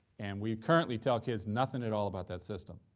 and we currently tell kids nothing at all about that system.